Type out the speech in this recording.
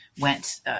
went